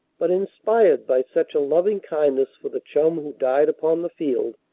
but inspired by such a loving kindness for the chum who died upon the field,